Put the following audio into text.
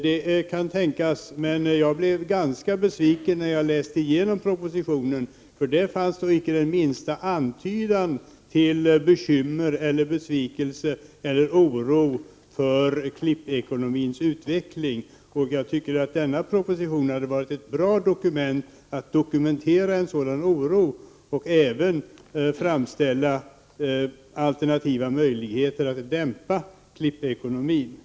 Det kan tänkas, men jag blev ganska besviken när jag läste igenom propositionen, för där fanns inte den minsta antydan till bekymmer, besvikelse eller oro för klippekonomins utveckling. Jag tycker att denna proposition hade varit ett bra tillfälle för dokumentation av en sådan oro och även för att framställa alternativa möjligheter att dämpa klippekonomin. = Prot.